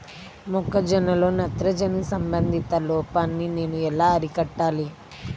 మొక్క జొన్నలో నత్రజని సంబంధిత లోపాన్ని నేను ఎలా అరికట్టాలి?